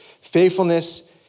faithfulness